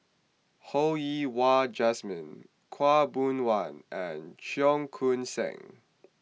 Ho Yen Wah Jesmine Khaw Boon Wan and Cheong Koon Seng